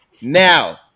now